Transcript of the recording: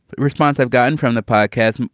response i've gotten from the podcast